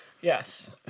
Yes